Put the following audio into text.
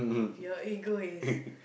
your ego is